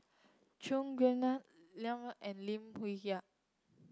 Chua Gim Guan Jimmy Lim Yau and Lim Hwee Hua